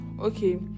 okay